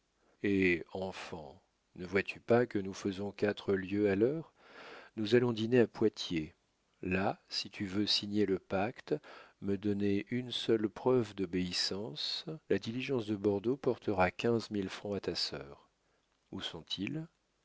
eh enfant ne vois-tu pas que nous faisons quatre lieues à l'heure nous allons dîner à poitiers là si tu veux signer le pacte me donner une seule preuve d'obéissance la diligence de bordeaux portera quinze mille francs à ta sœur où sont-ils